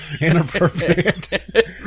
inappropriate